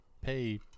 pay